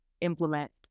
implement